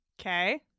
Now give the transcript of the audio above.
Okay